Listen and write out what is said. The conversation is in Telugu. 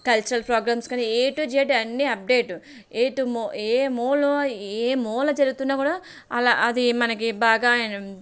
కల్చరల్ ప్రోగ్రామ్స్ కానీ ఏ టూ జెడ్ అన్నీ అప్డేట్ ఎటు ఏ మూల ఏ మూల జరుగుతున్నా కూడా అలా అది మనకి బాగా